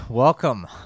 Welcome